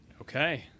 Okay